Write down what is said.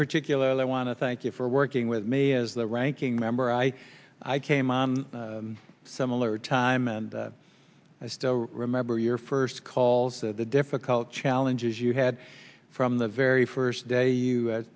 particularly want to thank you for working with me as the ranking member i i came on a similar time and i still remember your first calls the difficult challenges you had from the very first day you